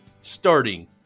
Starting